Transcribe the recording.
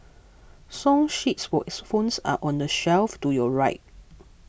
song sheets or xylophones are on the shelf to your right